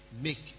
make